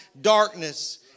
Darkness